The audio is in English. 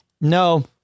no